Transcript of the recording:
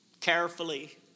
carefully